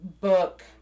book